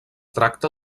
tracta